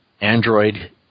Android